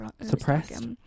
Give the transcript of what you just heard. Suppressed